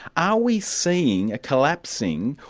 are we seeing a collapsing,